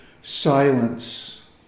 silence